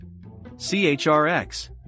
CHRX